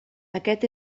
aquest